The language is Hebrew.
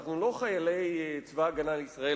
אנחנו לא חיילי צבא-ההגנה לישראל,